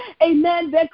Amen